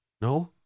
no